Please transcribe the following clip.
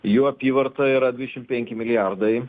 jų apyvarta yra dvidešimt penki milijardai